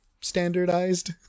standardized